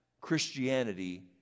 Christianity